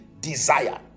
desire